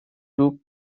two